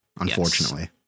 unfortunately